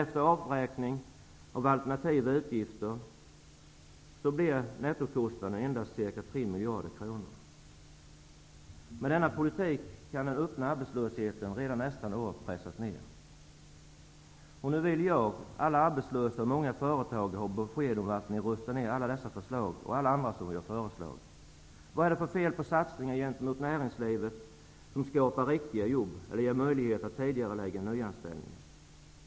Efter avräkning av alternativa utgifter blir nettokostnaden endast ca 3 miljarder kronor. Med denna politik kan den öppna arbetslösheten redan nästa år pressas ned. Nu vill jag, alla arbetslösa och många företagare ha besked om varför ni röstar ned alla dessa förslag och alla andra som vi lagt fram. Vad är det för fel på satsningar gentemot näringslivet som skapar riktiga jobb eller ger möjlighet att tidigarelägga nyanställningar?